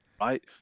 right